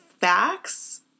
facts